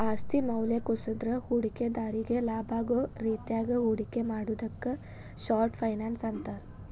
ಆಸ್ತಿ ಮೌಲ್ಯ ಕುಸದ್ರ ಹೂಡಿಕೆದಾರ್ರಿಗಿ ಲಾಭಾಗೋ ರೇತ್ಯಾಗ ಹೂಡಿಕೆ ಮಾಡುದಕ್ಕ ಶಾರ್ಟ್ ಫೈನಾನ್ಸ್ ಅಂತಾರ